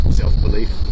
self-belief